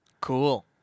Cool